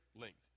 length